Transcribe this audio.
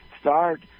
Start